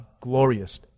glorious